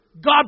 God